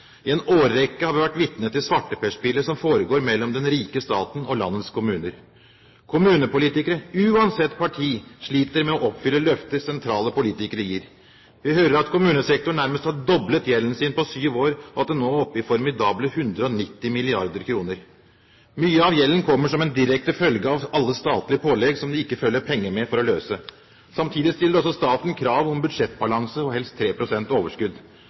I en årrekke har vi vært vitne til svarteperspillet som foregår mellom den rike staten og landets kommuner. Kommunepolitikere, uansett parti, sliter med å oppfylle løfter sentrale politikere gir. Vi hører at kommunesektoren nærmest har doblet gjelden sin på syv år, og at den nå er oppe i formidable 190 mrd. kr. Mye av gjelden kommer som en direkte følge av alle statlige pålegg som det ikke følger penger med for å løse. Samtidig stiller også staten krav om budsjettbalanse og helst 3 pst. overskudd.